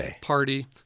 Party